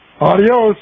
Adios